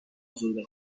ازرده